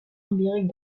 empirique